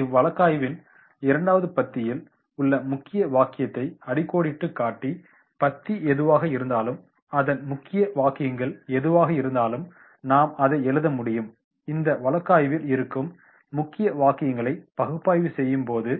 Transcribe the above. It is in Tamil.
இவ்வழக்காய்வின் இரண்டாவது பத்தியில் உள்ள முக்கிய வாக்கியத்தை அடிக்கோடிட்டுக் காட்டி பத்தி எதுவாக இருந்தாலும் அதன் முக்கிய வாக்கியங்கள் எதுவாக இருந்தாலும் நாம் அதை எழுத முடியும் இந்த வழக்காய்வில் இருக்கும் முக்கிய வாக்கியங்களை பகுப்பாய்வு செய்யும் போது